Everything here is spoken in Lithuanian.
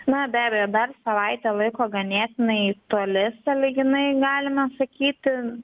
na be abejo dar savaitė laiko ganėtinai toli sąlyginai galime sakyti